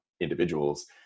individuals